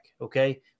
Okay